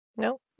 No